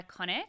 iconic